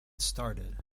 started